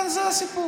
זה הסיפור.